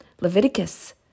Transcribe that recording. Leviticus